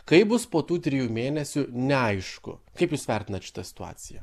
kaip bus po tų trijų mėnesių neaišku kaip jūs vertinat šitą situaciją